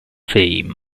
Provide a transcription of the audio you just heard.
fame